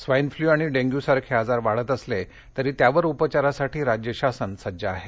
swine flu आणि dengue सारखे आजार वाढत असले तरी त्यावर उपचारासाठी राज्य शासन सज्ज आहे